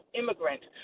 immigrant